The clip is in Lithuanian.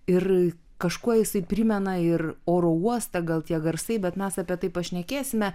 ir kažkuo jisai primena ir oro uostą gal tie garsai bet mes apie tai pašnekėsime